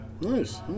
Nice